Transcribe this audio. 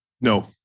No